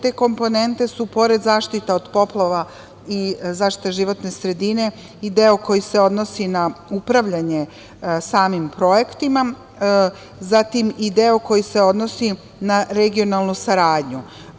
Te komponente su, pored zaštite od poplava i zaštite životne sredine, i deo koji se odnosi na upravljanje samim projektima, zatim i deo koji se odnosi na regionalnu saradnju.